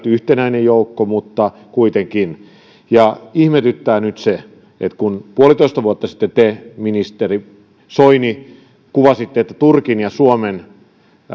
yhtenäinen joukko mutta kuitenkin ihmetyttää nyt se että puolitoista vuotta sitten te ministeri soini kuvasitte että turkin ja suomen